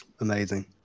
Amazing